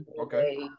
Okay